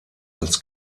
als